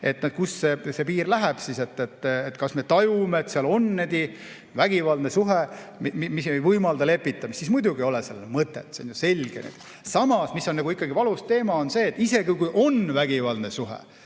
kust see piir läheb. Kas me tajume, et seal on vägivaldne suhe, mis ei võimalda lepitamist? Siis muidugi ei ole sellel mõtet, see on selge. Samas, ikkagi valus teema on see, et isegi kui on vägivaldne suhe,